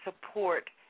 support